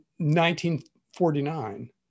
1949